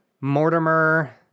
Mortimer